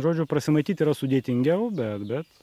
žodžiu prasimaityt yra sudėtingiau bet bet